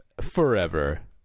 forever